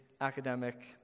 academic